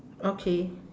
okay